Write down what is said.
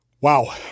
Wow